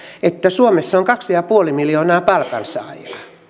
että suomessa on kaksi pilkku viisi miljoonaa palkansaajaa